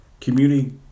community